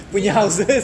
me ah